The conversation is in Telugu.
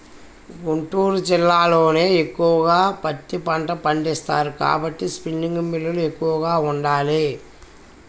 గుంటూరు జిల్లాలోనే ఎక్కువగా పత్తి పంట పండిస్తారు కాబట్టి స్పిన్నింగ్ మిల్లులు ఎక్కువగా ఉండాలి